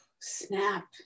Snap